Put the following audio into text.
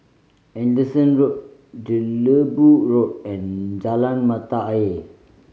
Anderson Road Jelebu Road and Jalan Mata Ayer